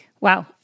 Wow